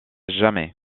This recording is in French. jamais